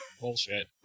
Bullshit